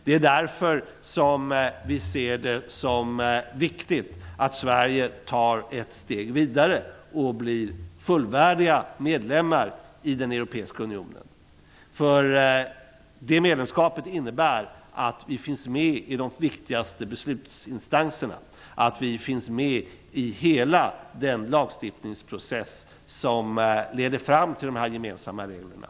Det är därför som vi anser att det är viktigt att Sverige tar ett steg vidare och blir fullvärdig medlem i den europeiska unionen. Det medlemskapet innebär att vi finns med i de viktigaste beslutsinstanserna och att vi finns med i hela den lagstiftningsprocess som leder fram till de gemensamma reglerna.